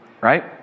Right